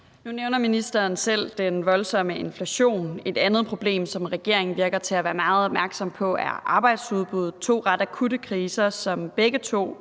Nu nævner ministeren selv den voldsomme inflation. Et andet problem, som regeringen lader til at være meget opmærksom på, er i forhold til arbejdsudbuddet – to ret akutte kriser, som begge to